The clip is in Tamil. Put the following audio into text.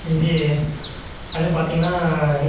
இது அது பார்த்தீங்கன்னா